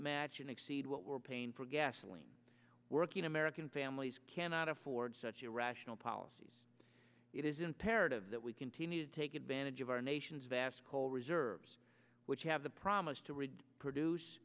match and exceed what we're paying for gasoline working american families cannot afford such irrational policies it is imperative that we continue to take advantage of our nation's vast coal reserves which have the promise to read produce